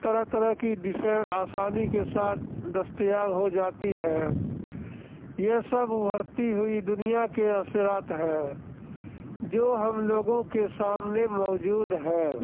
طرح طرح کی ڈشیں آسانی کے ساتھ دستیاب ہو جاتی ہیں یہ سب ابھرتی ہوئی دنیا کے اثرات ہیں جو ہم لوگوں کے سامنے موجود ہیں